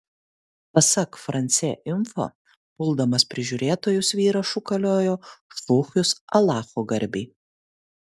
pasak france info puldamas prižiūrėtojus vyras šūkaliojo šūkius alacho garbei